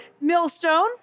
Millstone